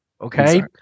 Okay